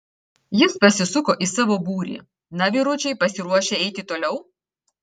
jis pasisuko į savo būrį na vyručiai pasiruošę eiti toliau